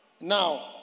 now